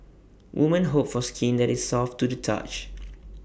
women hope for skin that is soft to the touch